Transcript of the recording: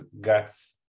guts